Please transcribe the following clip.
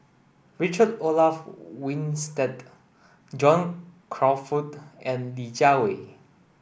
Richard Olaf Winstedt John Crawfurd and Li Jiawei